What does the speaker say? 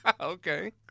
Okay